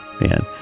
man